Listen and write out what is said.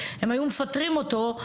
הם היו מפטרים אותו,